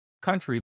country